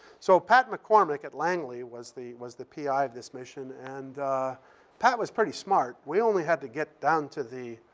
so pat mccormick at langley was the was the p i. of this mission, and pat was pretty smart. we only had to get down to the